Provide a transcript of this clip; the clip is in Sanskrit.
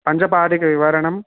पञ्चपादिकाविवरणं